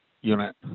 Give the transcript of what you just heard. unit